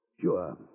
Sure